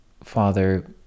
Father